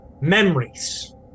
memories